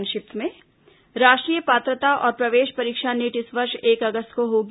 संक्षिप्त समाचार राष्ट्रीय पात्रता और प्रवेश परीक्षा नीट इस वर्ष एक अगस्त को होगी